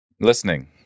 Listening